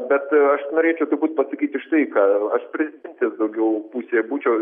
bet aš norėčiau turbūt pasakyti štai ką aš prezidentės daugiau pusėje būčiau